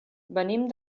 venim